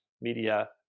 media